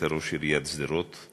היית ראש עיריית שדרות,